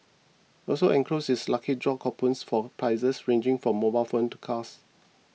also enclosed is lucky draw coupon for prizes ranging from mobile phones to cars